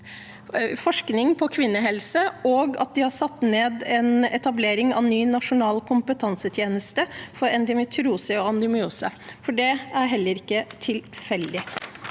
forskning på kvinnehelse, og som også skal etablere en ny nasjonal kompetansetjeneste for endometriose og adenomyose, for det er heller ikke tilfeldig.